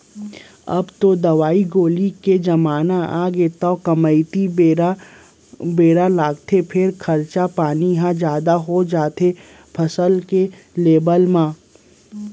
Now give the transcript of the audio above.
अब तो दवई गोली के जमाना आगे तौ कमती बेरा लागथे फेर खरचा पानी ह जादा हो जाथे फसल के लेवब म